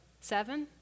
Seven